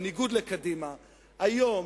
בניגוד לקדימה היום,